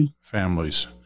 families